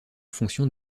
fonction